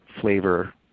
flavor